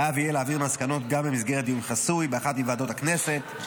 הוא יהיה חייב להעביר מסקנות גם במסגרת דיון חסוי באחת מוועדות הכנסת.